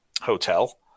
hotel